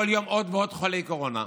כל יום עוד ועוד חולי קורונה,